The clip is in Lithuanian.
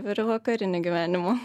ir į vakarinį gyvenimą